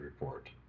report